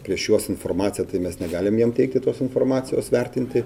prieš juos informaciją tai mes negalim jiem teikti tos informacijos vertinti